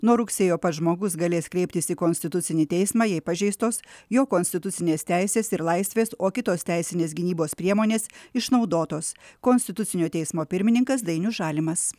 nuo rugsėjo pats žmogus galės kreiptis į konstitucinį teismą jei pažeistos jo konstitucinės teisės ir laisvės o kitos teisinės gynybos priemonės išnaudotos konstitucinio teismo pirmininkas dainius žalimas